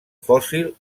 fòssil